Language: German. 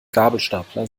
gabelstapler